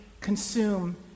consume